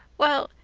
well,